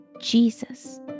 Jesus